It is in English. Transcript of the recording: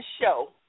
show